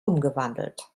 umgewandelt